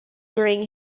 during